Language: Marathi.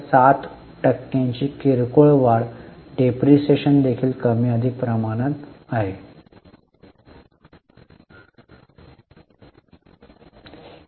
7 टक्क्यांची किरकोळ वाढ डेप्रिसिएशन देखील कमी अधिक प्रमाणात असते